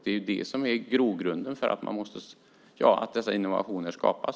Det är det som är grogrunden för att dessa innovationer skapas.